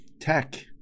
tech